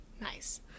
Nice